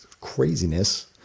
craziness